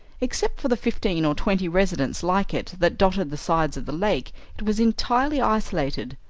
except for the fifteen or twenty residences like it that dotted the sides of the lake it was entirely isolated.